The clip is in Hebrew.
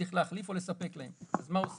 שצריך להחליף להם או לספק להם מה עושים